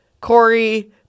Corey